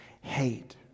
hate